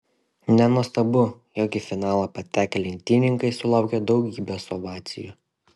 nenuostabu jog į finalą patekę lenktynininkai sulaukė daugybės ovacijų